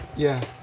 yeah.